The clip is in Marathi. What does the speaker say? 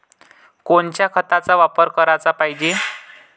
कोनच्या खताचा वापर कराच पायजे?